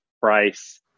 price